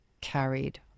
carried